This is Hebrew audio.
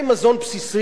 מוצרי יסוד,